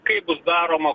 kaip bus daroma